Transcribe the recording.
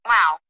Wow